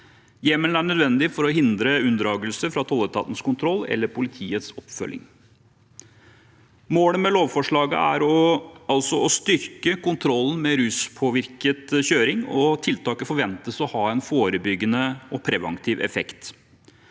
Hjemmelen er nødvendig for å hindre unndragelse fra tolletatens kontroll eller politiets oppfølging. Målet med lovforslaget er altså å styrke kontrollen med ruspåvirket kjøring, og tiltaket forventes å ha en forebyggende og preventiv effekt.